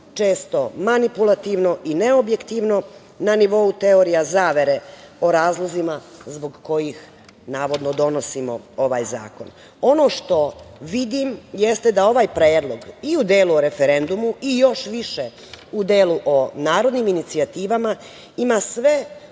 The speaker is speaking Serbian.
često manipulativno i neobjektivno na nivou teorija zavere o razlozima zbog kojih navodno donosimo ovaj Zakon. Ono što vidim jeste da ovaj Predlog i u delu o referendumu, i još više u delu o narodnim inicijativama ima sve